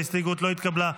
ההסתייגות לא התקבלה.